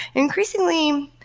increasingly,